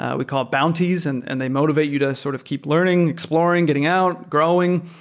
ah we call it bounties, and and they motivate you to sort of keep learning, exploring, getting out, growing,